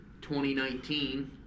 2019